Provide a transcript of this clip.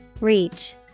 Reach